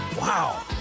Wow